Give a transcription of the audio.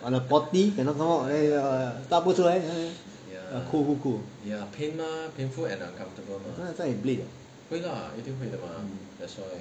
on a potty cannot 打不出来你看哭哭哭很像在 bleed mm